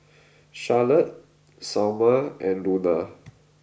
Charlotte Salma and Luna